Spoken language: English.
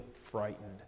frightened